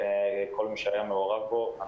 ואנחנו מעריכים מאוד את כל מי שהיה מעורב בתהליך.